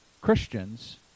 Christians